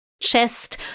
chest